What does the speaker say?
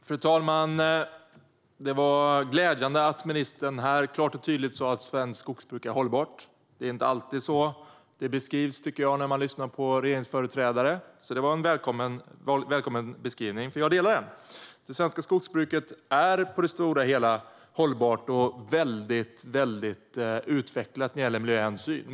Fru talman! Det var glädjande att ministern klart och tydligt sa att svenskt skogsbruk är hållbart. Jag tycker inte att det alltid beskrivs så när man lyssnar på regeringsföreträdare, så det var en välkommen beskrivning. Jag instämmer i beskrivningen; det svenska skogsbruket är på det stora hela hållbart och väldigt utvecklat när det gäller miljöhänsyn.